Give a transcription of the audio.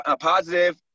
positive